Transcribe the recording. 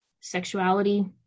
Sexuality